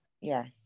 Yes